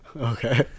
okay